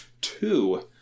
two